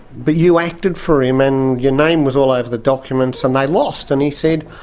but you acted for him and your name was all over the documents and they lost. and he said,